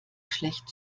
schlecht